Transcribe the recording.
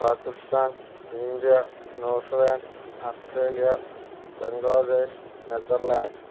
Pakistan India New Zealand Australia Bangladesh Netherland